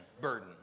burden